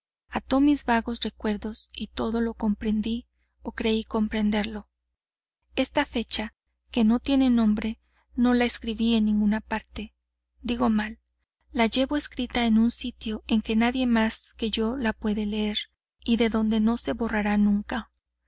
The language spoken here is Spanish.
maravilloso ató mis vagos recuerdos y todo lo comprendí o creí comprenderlo esta fecha que no tiene nombre no la escribí en ninguna parte digo mal la llevo escrita en un sitio en que nadie más que yo la puede leer y de donde no se borrará nunca